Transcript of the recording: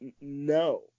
no